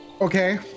Okay